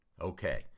Okay